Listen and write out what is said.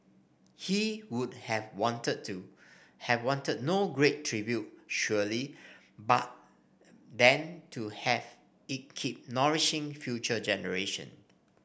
he would have wanted to have wanted no great tribute surely but than to have it keep nourishing future generation